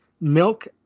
milk